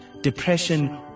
depression